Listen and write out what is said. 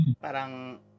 parang